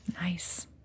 Nice